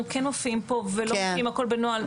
כן מופיעים ולא ממשיכים הכל בנוהל,